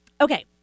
Okay